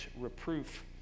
reproof